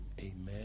amen